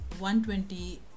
120